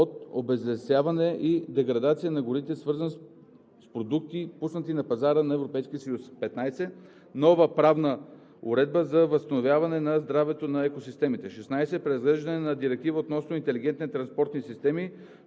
от обезлесяване и деградация на горите, свързан с продукти, пуснати на пазара на Европейския съюз. 15. Нова правна уредба за възстановяване на здравето на екосистемите. 16. Преразглеждане на Директивата относно интелигентните транспортни системи,